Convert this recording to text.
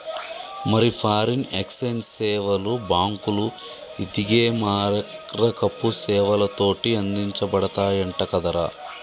మరి foreign exchange సేవలు బాంకులు, ఇదిగే మారకపు సేవలతోటి అందించబడతయంట కదరా